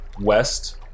west